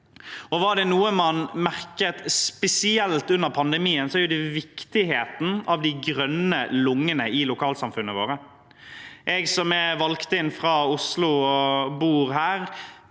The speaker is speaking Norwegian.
Var det noe man merket spesielt under pandemien, var det viktigheten av de grønne lungene i lokalsamfunnene våre. Jeg, som er valgt inn fra Oslo og bor her,